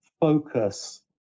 focus